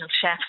chef